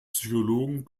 psychologen